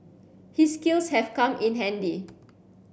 his skills have come in handy